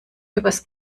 übers